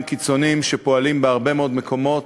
קיצוניים שפועלים בהרבה מאוד מקומות,